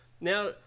Now